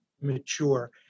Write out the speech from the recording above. mature